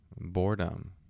Boredom